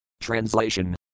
Translation